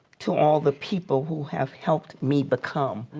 to all the people who have helped me become.